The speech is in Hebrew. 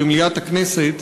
במליאת הכנסת,